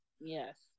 yes